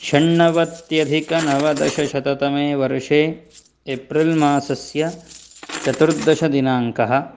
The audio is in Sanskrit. षण्णवत्त्यधिकनवदशशततमे वर्षे एप्रिल् मासस्य चतुर्दशदिनाङ्कः